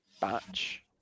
batch